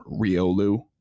Riolu